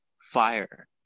fire